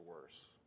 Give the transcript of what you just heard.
worse